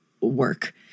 work